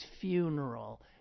funeral